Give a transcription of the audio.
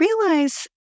realize